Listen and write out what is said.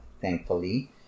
thankfully